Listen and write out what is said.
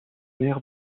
mère